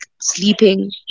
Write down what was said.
sleeping